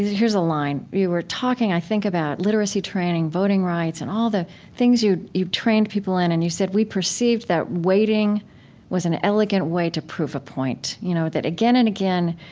here's a line. you were talking, i think, about literacy training, voting rights, and all the things you've trained people in, and you said, we perceived that waiting was an elegant way to prove a point. you know that again and again,